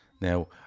now